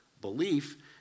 belief